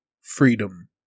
freedom